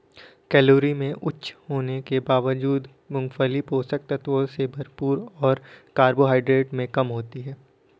calorie में उच्च होने के बावजूद, मूंगफली पोषक तत्वों से भरपूर और कार्बोहाइड्रेट में कम होती है